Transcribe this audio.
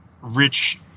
rich